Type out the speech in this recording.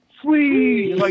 sweet